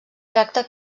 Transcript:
tracta